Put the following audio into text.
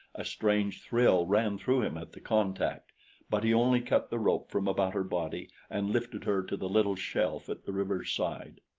a strange thrill ran through him at the contact but he only cut the rope from about her body and lifted her to the little shelf at the river's side.